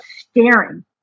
staring